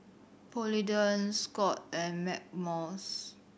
Polident Scott and Blackmores